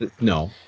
No